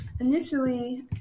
initially